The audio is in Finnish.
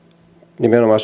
nimenomaan